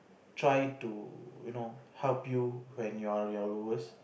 try to you know help you when you are your lowest